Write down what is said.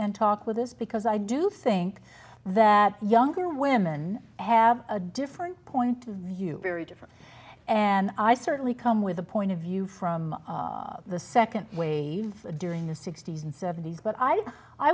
and talk with us because i do think that younger women have a different point of view very different and i certainly come with a point of view from the second wave during the sixty's and seventy's but i